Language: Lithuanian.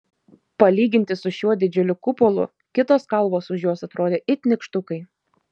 palyginti su šiuo didžiuliu kupolu kitos kalvos už jos atrodė it nykštukai